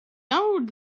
old